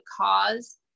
cause